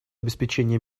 обеспечение